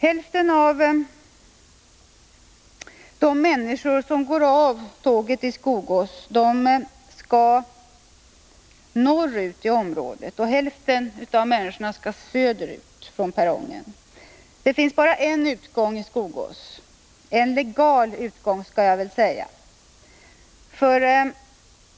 Hälften av de människor som går av tåget i Skogås skall norrut i området, och hälften av människorna skall söderut från perrongen. Det finns bara en utgång i Skogås — en legal utgång, skall jag väl säga.